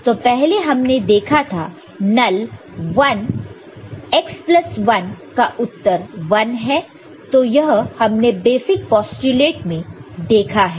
तो पहले हमने देखा था नल 1 x प्लस 1 का उत्तर 1 है तो यह हमने बेसिक पोस्टयूलेट में देखा है